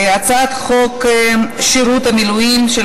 הצעת חוק שירות המילואים (תיקון,